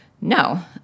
No